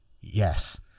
Yes